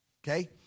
Okay